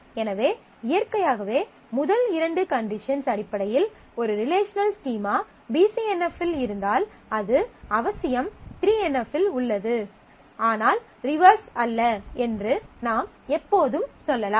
எனவே இயற்கையாகவே முதல் இரண்டு கண்டிஷன்ஸ் அடிப்படையில் ஒரு relational schema B C N F இல் இருந்தால் அது அவசியம் 3என் எஃப் இல் உள்ளது ஆனால் ரிவெர்ஸ் அல்ல என்று நாம் எப்போதும் சொல்லலாம்